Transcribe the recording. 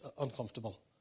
uncomfortable